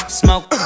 smoke